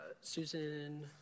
Susan